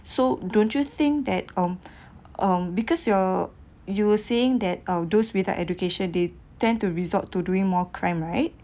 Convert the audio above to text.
so don't you think that um um because you're you were saying that uh those without education they tend to resort to doing more crime right